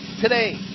Today